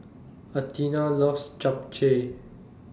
Athena loves Japchae